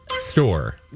Store